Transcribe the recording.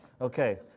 Okay